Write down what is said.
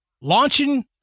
launching